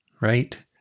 Right